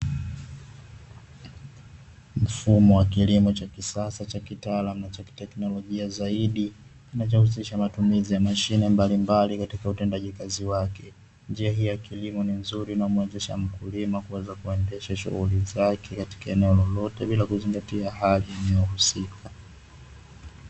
Mfumo wa kilimo cha kisasa cha kitaalamu na cha teknolojia zaidi, kinachohusisha matumizi ya mashine mbalimbali katika utendaji kazi wake. Njia hii ya kilimo ni nzuri na umwezeshaji mkulima kuweza kuendesha shughuli zake katika eneo lolote bila kuzingatia hali ya eneo husika.